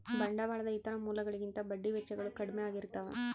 ಬಂಡವಾಳದ ಇತರ ಮೂಲಗಳಿಗಿಂತ ಬಡ್ಡಿ ವೆಚ್ಚಗಳು ಕಡ್ಮೆ ಆಗಿರ್ತವ